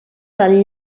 del